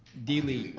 delete